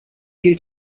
gilt